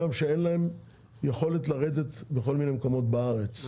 ים שאין להם יכולת לרדת בכל מיני מקומות בארץ.